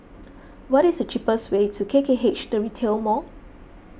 what is the cheapest way to K K H the Retail Mall